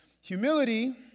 Humility